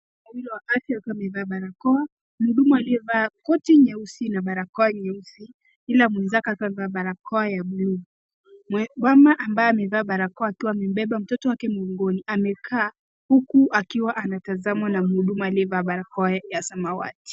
Mhudumu wa afya akiwa amevaa, mhudumu aliyevaa koti nyeupe na barakoa nyeusi ila mwenzake akiwa amevaa barakoa ya bluu. Mama ambaye amevaa barakoa akiwa amebeba mtoti wake mgongoni. Amekaa huku akiwa anatazamwa na mhudumu aliyevaa barakoa ya samawati.